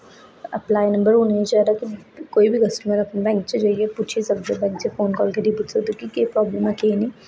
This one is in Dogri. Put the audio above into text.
लाइन नंबर होना गै चाहिदा कि कोई बी कस्टमर अपने बैंक च जाइयै पुच्छी सकदा बैंक च फोन करियै पुच्छी सकदा कि केह् प्रॉब्लम ऐ केह् नेईं